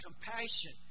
compassion